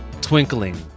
twinkling